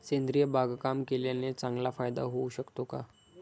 सेंद्रिय बागकाम केल्याने चांगला फायदा होऊ शकतो का?